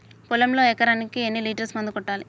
పొలంలో ఎకరాకి ఎన్ని లీటర్స్ మందు కొట్టాలి?